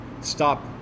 stop